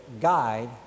guide